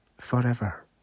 forever